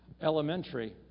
elementary